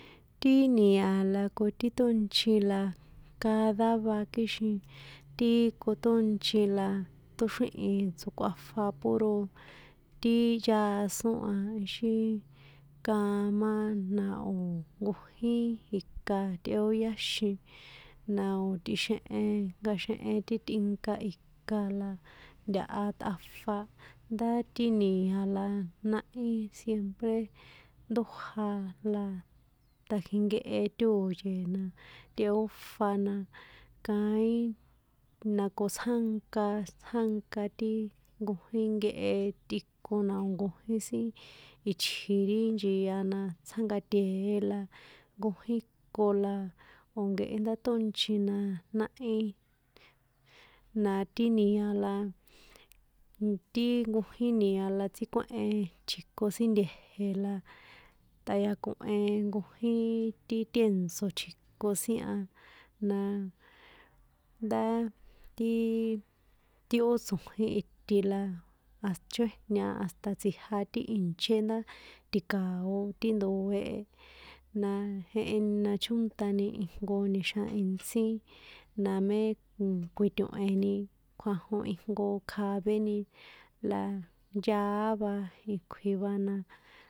Ti ni̱a la ko ti ṭónci la cada va kixin ti koṭonchi la ṭóxríhin tsokꞌuafa puro ti yason a ixin kama na o̱ nkojín ika tꞌeoyáxin, na o tꞌixehen nkaxehe ti tꞌinka ika la ntaha ṭꞌafa, ndá ti no̱a la náhi siempre ndója la tajinkehe tòye̱ na tꞌeófa na kaín na ko tsjánka, tsjánka ti nkojín nkehe tꞌikon na o̱ nkojín itji ri nchia na tsjánkatee̱ la nkojín iko o̱ nkehe ndá ṭónchi na náhi, na ti nia̱ la, ti nkojín nia̱ la tsíkuéhe tji̱ko sin nte̱je̱ la ṭa̱yakohen nkín ti tèntso̱ tji̱ko sin a na, ndá tiiii, ti ó tso̱jín iti la ast chójña hasta tsijia ti ìnché ndá ti̱kao̱ ti ndoe̱ a, na jeheni na chóna̱ni ijnko nia̱xjan intsí namé kuiṭo̱heni kjuanjon ijnko kjavéni la yaá va ikui va na.